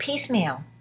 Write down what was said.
piecemeal